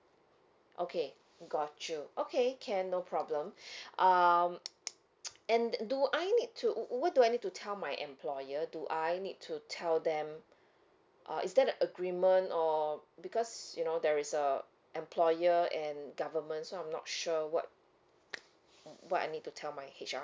okay got you okay can no problem um and do I need to what what do I need to tell my employer do I need to tell them uh is there a agreement or because you know there is a employer and government so I'm not sure what what I need to tell my H_R